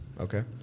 okay